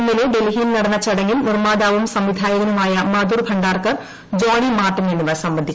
ഇന്നലെ ഡൽഹിയിൽ നടന്ന ചടങ്ങിൽ നിർമ്മാതാവും സംവിധായകനുമായ മധുർ ഭണ്ഡാർക്കർ ജോണി മാർട്ടിൻ എന്നിവർ സംബന്ധിച്ചു